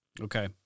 Okay